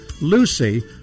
Lucy